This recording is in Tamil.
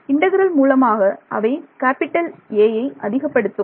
இன்டெக்ரல் மூலமாக அவை கேப்பிட்டல் A ஐஅதிகப்படுத்தும்